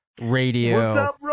Radio